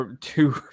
two